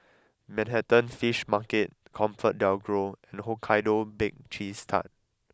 Manhattan Fish Market ComfortDelGro and Hokkaido Baked Cheese Tart